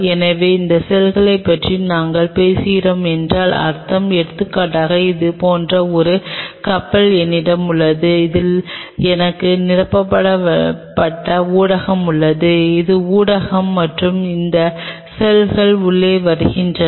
எனவே இந்த செல்களைப் பற்றி நாங்கள் பேசுகிறோம் என்று அர்த்தம் எடுத்துக்காட்டாக இது போன்ற ஒரு கப்பல் என்னிடம் உள்ளது அதில் எனக்கு நிரப்பப்பட்ட ஊடகம் உள்ளது இது ஊடகம் மற்றும் இந்த செல்கள் உள்ளே வருகின்றன